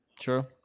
Sure